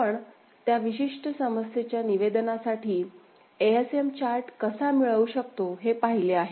आपण त्या विशिष्ट समस्येच्या निवेदनासाठी एएसएम चार्ट कसा मिळवू शकतो हे पाहिले आहे